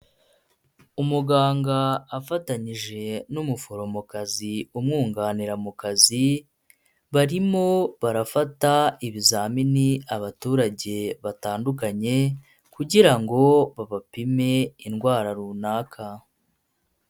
uUmuganga afatanyije n'umuforomokazi umwunganira mu kazi barimo barafata ibizamini abaturage batandukanye kugira ngo babapime indwara runaka.